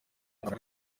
muri